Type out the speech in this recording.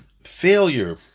failure